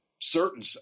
certain